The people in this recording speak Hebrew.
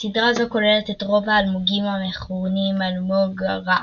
סדרה זו כוללת את רוב האלמוגים המכונים אלמוג רך,